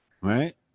Right